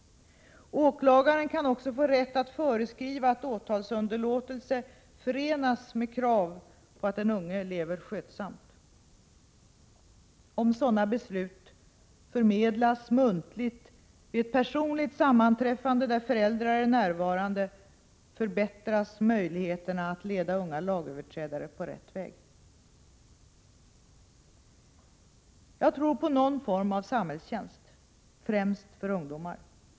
Åklagaren kan också få rätt att föreskriva att åtalsunderlåtelse förenas med krav på att den unge lever skötsamt. Om sådana beslut förmedlas muntligt vid ett personligt sammanträffande där föräldrar är närvarande, förbättras möjligheterna att leda unga lagöverträdare på rätt väg. Jag tror på någon form av samhällstjänst främst för ungdomar.